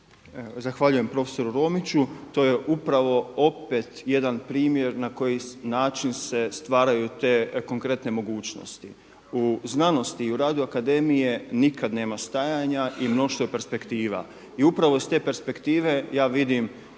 Zahvaljujem profesoru Romiću. To je upravo opet jedan primjer na koji način se stvaraju te konkretne mogućnosti. U znanosti i u radu akademije nikad nema stajanja i mnoštvo je perspektiva. I upravo s te perspektive ja vidim